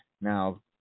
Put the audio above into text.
now